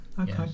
okay